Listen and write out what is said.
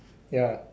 ya